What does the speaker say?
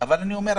אבל אני אומר,